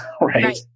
Right